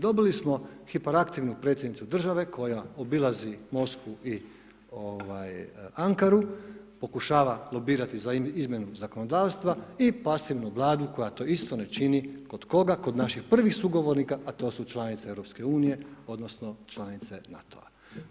Dobili smo hiperaktivnu predsjednicu države koja obilazi Moskvu i Ankaru pokušava lobirati za izmjenu zakonodavstva i pasivnu Vlada koja to isto ne čini, kod koga, kod naših prvih sugovornika a to su članice Europske unije odnosno članice NATO-a.